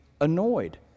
annoyed